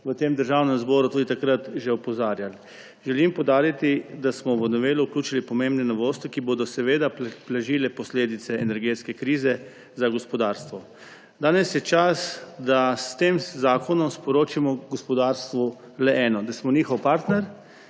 v Državnem zboru tudi takrat že opozarjali. Želim poudariti, da smo v novelo vključili pomembne novosti, ki bodo blažile posledice energetske krize za gospodarstvo. Danes je čas, da s tem zakonom sporočimo gospodarstvu le eno, da smo njihov partner